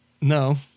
no